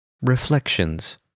Reflections